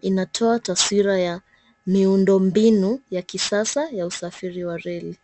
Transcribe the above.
Inatoa taswira ya miundombinu ya kisasa ya usafiri wa reli.